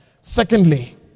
Secondly